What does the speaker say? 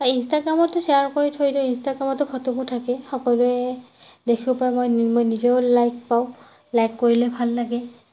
বা ইনষ্টাগ্ৰামতো শ্বেয়াৰ কৰি থৈ দিওঁ ইনষ্টাগ্ৰামতো ফটোবোৰ থাকে সকলোৱে দেখিব পায় মই নিজেও লাইক পাওঁ লাইক কৰিলে ভাল লাগে